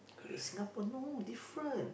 look at Singapore no different